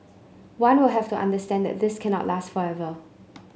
one will have to understand that this cannot last forever